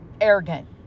arrogant